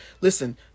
Listen